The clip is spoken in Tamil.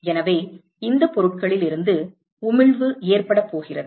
எனவே இந்தப் பொருட்களில் இருந்து உமிழ்வு ஏற்படப் போகிறது